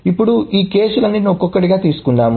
ఇప్పుడు ఈ కేసులన్నింటినీ ఒక్కొక్కటిగా తీసుకుందాం